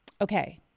Okay